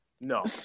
No